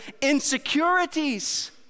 insecurities